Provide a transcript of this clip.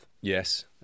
Yes